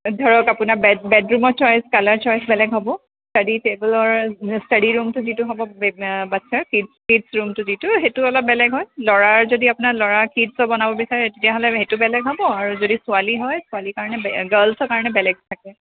ধৰক আপোনাৰ বেডৰুমৰ চইচ কালাৰ চইচ বেলেগ হ'ব ষ্টাদি টেবুলৰ ষ্টাদি ৰুমটো যিটো হ'ব বাচ্ছাৰ কিডছ কিডছ ৰুমটো যিটো সেইটো অলপ বেলেগ হয় ল'ৰাৰ যদি আপোনাৰ ল'ৰা কিডছৰ বনাব বিচাৰে তেতিয়াহ'লে সেইটো বেলেগ হ'ব আৰু যদি ছোৱালী হয় ছোৱালী কাৰণে গাৰ্লছৰ কাৰণে বেলেগ থাকে